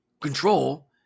control